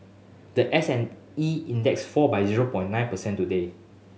the S and E Index fall by zero pone nine percent today